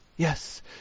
Yes